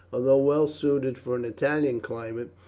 although well suited for an italian climate,